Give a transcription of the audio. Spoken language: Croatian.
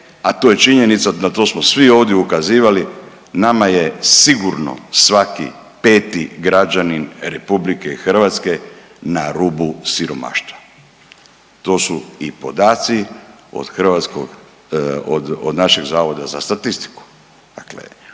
a to je činjenica, na to smo svi ovdje ukazivali, nama je sigurno svaki 5. građanin RH na rubu siromaštva. To su i podaci od hrvatskog, od našeg Zavoda za statistiku.